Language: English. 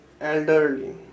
elderly